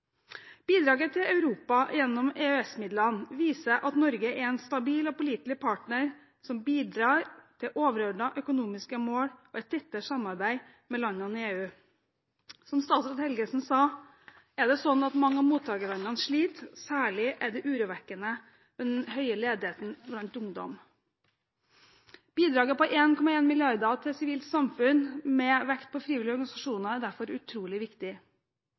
Bidraget til Europa gjennom EØS-midlene viser at Norge er en stabil og pålitelig partner som bidrar til overordnede økonomiske mål og et tettere samarbeid med landene i EU. Som statsråd Helgesen sa, er det slik at mange av mottakerlandene sliter – særlig er den høye ledigheten blant ungdom urovekkende. Bidraget på 1,1 mrd. kr til sivilt samfunn med vekt på frivillige organisasjoner er derfor utrolig viktig.